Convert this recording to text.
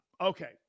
Okay